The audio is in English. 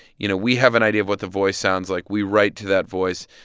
you know, we have an idea of what the voice sounds like. we write to that voice.